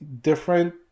different